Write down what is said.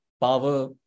power